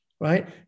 right